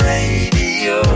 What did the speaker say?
Radio